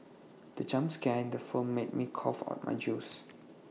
the jump scare in the film made me cough out my juice